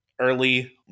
early